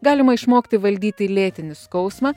galima išmokti valdyti lėtinį skausmą